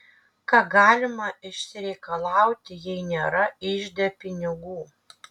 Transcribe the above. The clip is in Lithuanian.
ką galima išsireikalauti jei nėra ižde pinigų